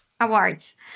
Awards